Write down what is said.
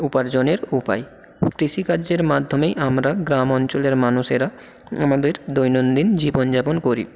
উপার্জনের উপায় কৃষিকার্যের মাধ্যমেই আমরা গ্রাম অঞ্চলের মানুষেরা আমাদের দৈনন্দিন জীবনযাপন করি